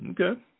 Okay